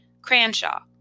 Cranshaw